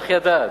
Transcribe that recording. איך ידעת?